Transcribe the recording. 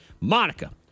Monica